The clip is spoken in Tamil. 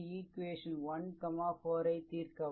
ஈக்வேஷன் 14 ஐ தீர்க்கவும்